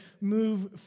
move